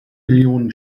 millionen